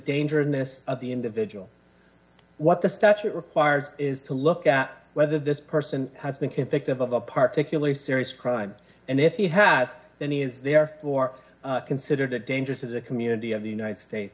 danger in this of the individual what the statute requires is to look at whether this person has been convicted of a particularly serious crime and if he has any is there or considered a danger to the community of the united states